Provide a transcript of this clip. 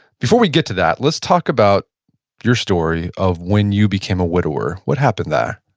before we get to that, let's talk about your story of when you became a widower. what happened there?